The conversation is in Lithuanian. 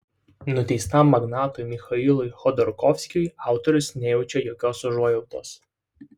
nuteistam magnatui michailui chodorkovskiui autorius nejaučia jokios užuojautos